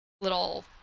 little